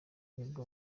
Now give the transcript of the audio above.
nibwo